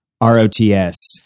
R-O-T-S